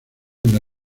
una